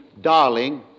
Darling